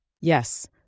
Yes